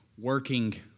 working